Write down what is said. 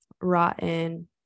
rotten